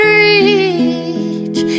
reach